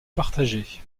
partagées